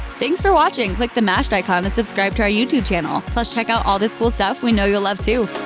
thanks for watching! click the mashed icon to and subscribe to our youtube channel. plus check out all this cool stuff we know you'll love, too!